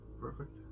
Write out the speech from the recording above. perfect